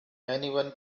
anyone